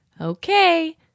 Okay